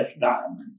Diamond